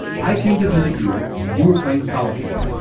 i came to visit you, you were playing solitaire.